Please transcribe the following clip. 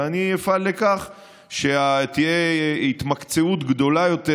ואני אפעל לכך שתהיה התמקצעות גדולה יותר,